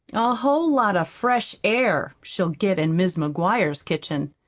a whole lot of fresh air she'll get in mis' mcguire's kitchen!